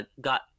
got